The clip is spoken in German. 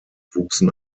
wuchsen